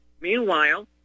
Meanwhile